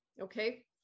okay